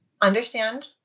Understand